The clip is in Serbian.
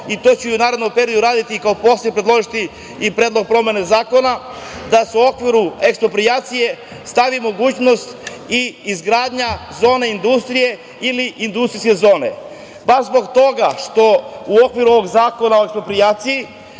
i to ću i u narednom periodu uraditi, kao poslanik predložiti predlog promene zakona, da se u okviru eksproprijacije stavi mogućnost i izgradnja zone industrije ili industrijske zone, baš zbog toga što u okviru ovog Zakona o eksproprijaciji